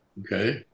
okay